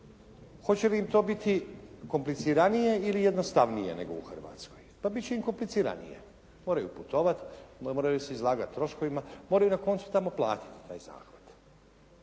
Hoće li im to biti kompliciranije ili jednostavnije nego u Hrvatskoj? Pa bit će im kompliciranije. Moraju putovati, moraju se izlagati troškovima. Moraju na koncu tamo platiti taj zahvat.